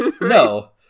no